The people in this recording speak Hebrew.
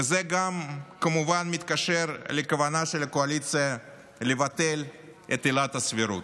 וזה גם כמובן מתקשר לכוונה של הקואליציה לבטל את עילת הסבירות,